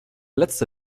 letzte